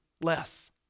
less